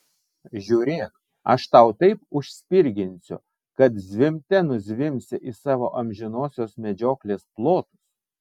žiūrėk aš tau taip užspirginsiu kad zvimbte nuzvimbsi į savo amžinosios medžioklės plotus